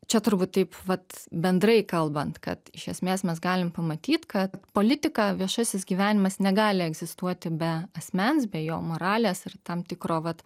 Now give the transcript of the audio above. čia turbūt taip vat bendrai kalbant kad iš esmės mes galim pamatyt kad politika viešasis gyvenimas negali egzistuoti be asmens be jo moralės ir tam tikro vat